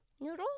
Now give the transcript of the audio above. noodles